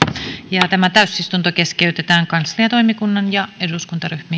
keskeytetään tämä täysistunto keskeytetään kansliatoimikunnan ja eduskuntaryhmien